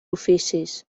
oficis